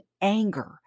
anger